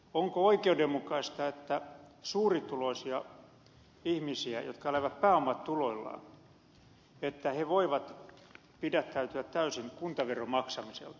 onko oikeudenmukaista että suurituloiset ihmiset jotka elävät pääomatuloillaan voivat pidättäytyä täysin kuntaveron maksamiselta